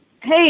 Hey